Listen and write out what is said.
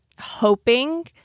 hoping